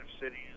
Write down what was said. cities